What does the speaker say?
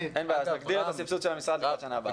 תגביר את הקיצוץ של המשרד בשנה הבאה.